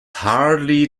hardly